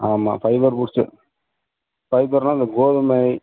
ஆமாம் fibre boost ஃபைபர்ன்னா அந்த கோதுமை